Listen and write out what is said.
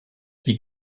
die